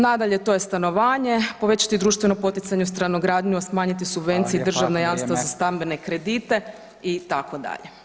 Nadalje, to je stanovanje povećati društveno poticajnu stanogradnju, a smanjiti subenvcije i [[Upadica: Hvala lijepa, vrijeme.]] državna jamstva za stambene kredite itd.